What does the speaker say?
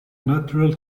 natural